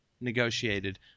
negotiated